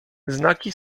znaki